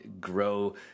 grow